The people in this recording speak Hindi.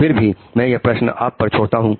फिर भी मैं यह प्रश्न आप पर छोड़ता हूं